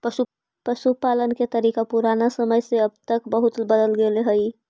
पशुपालन के तरीका पुराना समय से अब तक बहुत बदल गेले हइ